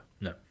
No